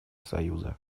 союза